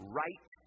right